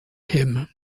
him